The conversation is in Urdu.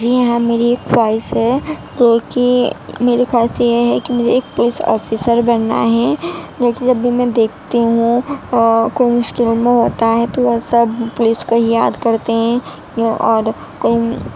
جی ہاں میری ایک خواہش ہے کیوںکہ میری خواہش یہ ہے کہ مجھے ایک پولس آفیسر بننا ہے لیکن جب بھی میں دیکھتی ہوں اور کوئی مشکل میں ہوتا ہے تو وہ سب پولس کو ہی یاد کرتے ہیں اور کہیں